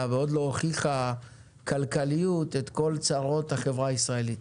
ועוד לא הוכיחה כלכליות את כל צרות החברה הישראלית.